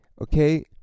okay